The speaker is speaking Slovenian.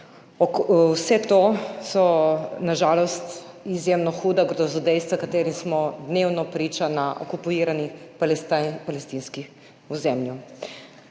vse to so na žalost izjemno huda grozodejstva, ki smo jim dnevno priča na okupiranih palestinskih ozemljih.